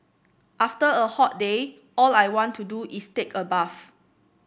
after a hot day all I want to do is take a bath